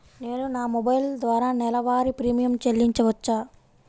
నేను నా మొబైల్ ద్వారా నెలవారీ ప్రీమియం చెల్లించవచ్చా?